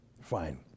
Fine